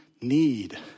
need